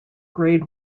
grade